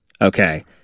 Okay